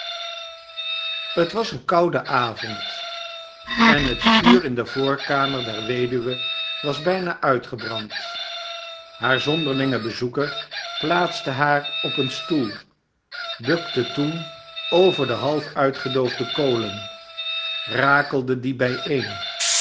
het was een koude avond en het vuur in de voorkamer der weduwe was bijna uitgebrand haar zonderlinge bezoeker plaatste haar op een stoel bukte toen over de half uitgedoofde kolen rakeldedie